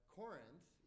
corinth